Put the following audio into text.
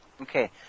Okay